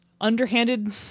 underhanded